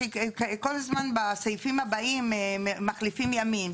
שכל הזמן בסעיפים הבאים מחליפים ימים.